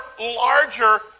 larger